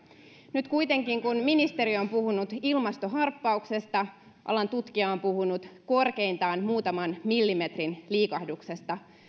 nyt kuitenkin kun ministeri on puhunut ilmastoharppauksesta alan tutkija on puhunut korkeintaan muutaman millimetrin liikahduksesta